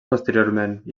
posteriorment